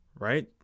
right